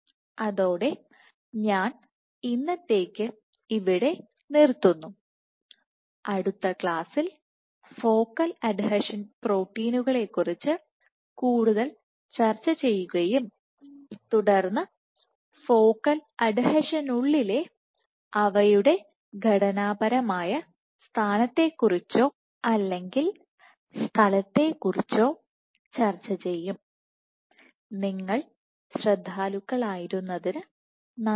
അതോടെ ഞാൻ ഇന്നത്തേക്ക് ഇവിടെ നിർത്തുന്നു അടുത്ത ക്ലാസ്സിൽ ഫോക്കൽ അഡ്ഹെഷൻ പ്രോട്ടീനുകളെക്കുറിച്ച് കൂടുതൽ ചർച്ചചെയ്യുകയും തുടർന്ന് ഫോക്കൽ അഡ്ഹെഷനുള്ളിലെ അവയുടെ ഘടനാപരമായ സ്ഥാനത്തെക്കുറിച്ചോ അല്ലെങ്കിൽ സ്ഥലത്തെക്കുറിച്ചോ ചർച്ച ചെയ്യും